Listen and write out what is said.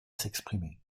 s’exprimer